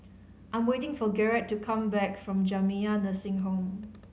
I'm waiting for Garett to come back from Jamiyah Nursing Home